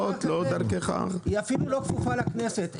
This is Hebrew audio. אפילו לא כפופה לכנסת.